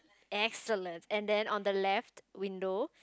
excellent and then on the left window